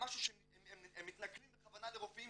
משהו שהם מתנכלים בכוונה לרופאים